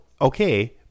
okay